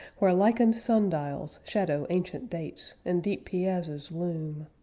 where lichened sundials shadow ancient dates, and deep piazzas loom.